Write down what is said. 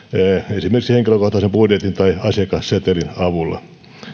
esimerkiksi henkilökohtaisen budjetin tai asiakassetelin avulla